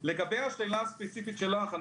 לגבי השאלה הספציפית שלך,